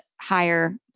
higher